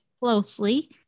closely